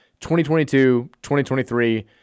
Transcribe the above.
2022-2023